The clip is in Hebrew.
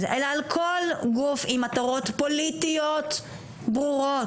אלא על כל גוף עם מטרות פוליטיות ברורות.